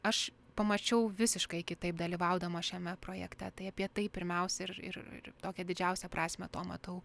aš pamačiau visiškai kitaip dalyvaudama šiame projekte tai apie tai pirmiausia ir ir tokią didžiausią prasmę to matau